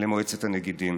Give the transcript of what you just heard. ולמועצת הנגידים.